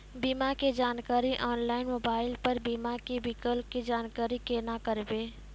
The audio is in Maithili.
बीमा के जानकारी ऑनलाइन मोबाइल पर बीमा के विकल्प के जानकारी केना करभै?